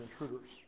intruders